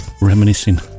Reminiscing